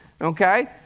Okay